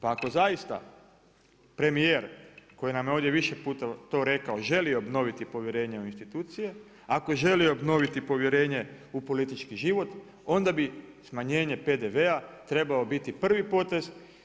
Pa ako zaista premijer koji nam je ovdje više puta to rekao želi obnoviti povjerenje u institucije, ako želi obnoviti povjerenje u politički život onda bi smanjenje PDV-a trebao biti prvi potez.